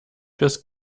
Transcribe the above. fürs